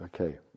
Okay